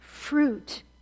fruit